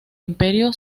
imperio